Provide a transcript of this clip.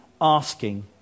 asking